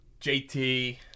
JT